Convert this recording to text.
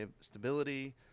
stability